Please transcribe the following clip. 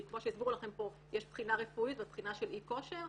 כי כמו שהסבירו לכם פה יש בחינה רפואית ובחינה של אי כושר,